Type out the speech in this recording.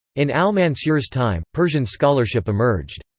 in al-mansur's time, persian scholarship emerged.